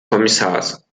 kommissars